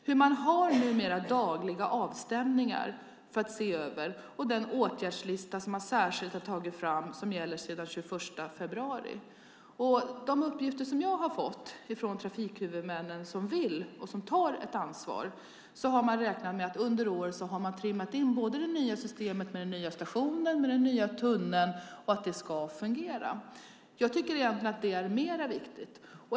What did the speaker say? Numera har man dagliga avstämningar för att se över det hela, och man har tagit fram en särskild åtgärdslista som gäller sedan den 21 februari. Enligt de uppgifter som jag har fått av trafikhuvudmännen, som vill ta och som tar ett ansvar, räknar man med att man under året har trimmat in det nya systemet med både den nya stationen och den nya tunneln. Det ska fungera. Jag tycker egentligen att det är viktigare.